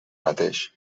mateix